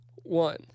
one